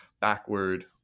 backward